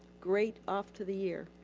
great off to the year.